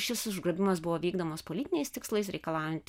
šis užgrobimas buvo vykdomas politiniais tikslais reikalaujant